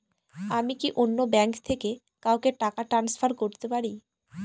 আমি কি অন্য ব্যাঙ্ক থেকে কাউকে টাকা ট্রান্সফার করতে পারি?